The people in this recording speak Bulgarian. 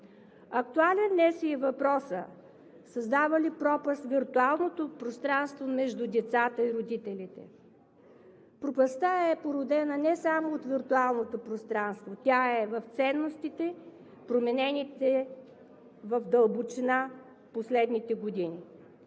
Актуален днес е и въпросът: създава ли пропаст виртуалното пространство между децата и родителите? Пропастта е породена не само от виртуалното пространство, тя е в ценностите, променени в дълбочина в последните години.